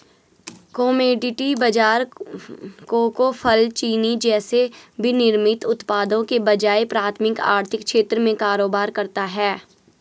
commodity बाजार cocoa, फल, चीनी जैसे विनिर्मित उत्पादों के बजाय प्राथमिक आर्थिक क्षेत्र में कारोबार करता है